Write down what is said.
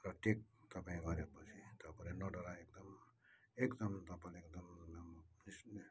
र टेक तपाईँ गरेपछि तपाईँलाई नडराई एकदम एकदम तपाईँलाई एकदम